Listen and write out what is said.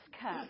cup